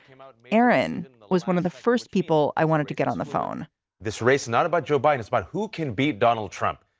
aaron was one of the first people i wanted to get on the phone this race is not about joe biden. it's about who can beat donald trump.